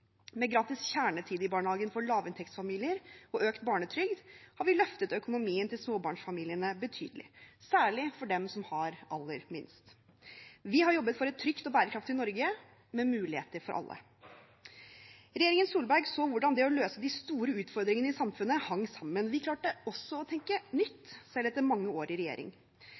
Med gratis kjernetid i barnehagen for lavinntektsfamilier og økt barnetrygd har vi løftet økonomien til småbarnsfamiliene betydelig, særlig for dem som har aller minst. Vi har jobbet for et trygt og bærekraftig Norge med muligheter for alle. Regjeringen Solberg så hvordan det å løse de store utfordringene i samfunnet hang sammen. Vi klarte også å tenke nytt, selv etter mange år i regjering.